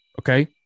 okay